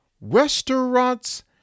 restaurant's